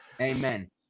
Amen